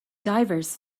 divers